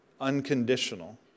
Unconditional